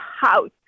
House